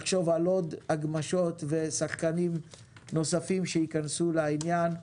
לחשוב על עוד הגמשות ושחקנים נוספים שייכנסו לעניין.